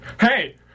Hey